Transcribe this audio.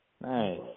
Nice